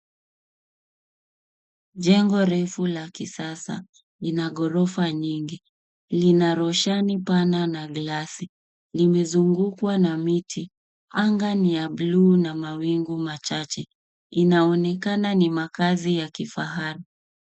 Jengo refu la kisasa ina gorofa nyingi. Lina roshani pana na lenye glasi. Limezungukwa na miti. Angaa ni ya bluu na mawingu machache, inaonekana ni maazi ya kifahari.